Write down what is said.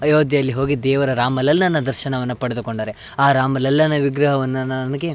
ಅಯೋಧ್ಯೆಯಲ್ಲಿ ಹೋಗಿ ದೇವರ ರಾಮಲಲ್ಲನ ದರ್ಶನವನ್ನು ಪಡೆದುಕೊಂಡರೆ ಆ ರಾಮಲಲ್ಲನ ವಿಗ್ರಹವನ್ನು ನನಗೆ